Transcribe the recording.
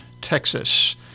texas